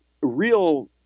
real